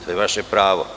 To je vaše pravo.